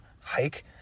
hike